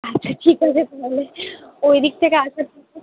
আচ্ছা ঠিক আছে তাহলে ওইদিক থেকে আসার